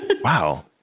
Wow